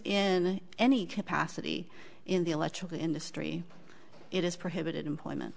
in any capacity in the electrical industry it is prohibited employment